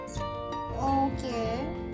Okay